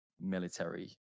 military